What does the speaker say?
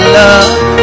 love